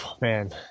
man